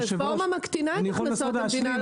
הרפורמה מקטינה את הכנסות המדינה,